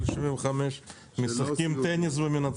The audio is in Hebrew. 75 ויותר שמשחקים טניס ומנצחים אותי.